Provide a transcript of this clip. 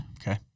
Okay